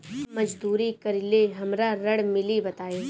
हम मजदूरी करीले हमरा ऋण मिली बताई?